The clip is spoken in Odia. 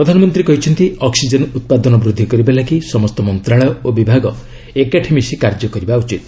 ପ୍ରଧାନମନ୍ତ୍ରୀ କହିଛନ୍ତି ଅକ୍ୱିଜେନ ଉତ୍ପାଦନ ବୂଦ୍ଧି କରିବା ଲାଗି ସମସ୍ତ ମନ୍ତ୍ରଣାଳୟ ଓ ବିଭାଗ ଏକାଠି ମିଶି କାର୍ଯ୍ୟ କରିବା ଉଚିତ